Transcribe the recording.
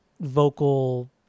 vocal